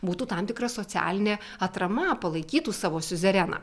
būtų tam tikra socialinė atrama palaikytų savo siuzereną